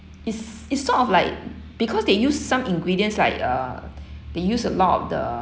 is it's sort of like because they use some ingredients like uh they use a lot of the